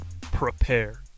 Prepare